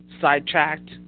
sidetracked